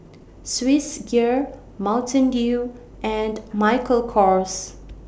Swissgear Mountain Dew and Michael Kors